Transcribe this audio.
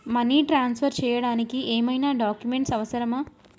Money transfer చేయడానికి ఏమైనా documents అవసరమా?